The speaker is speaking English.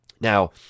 Now